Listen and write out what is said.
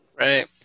Right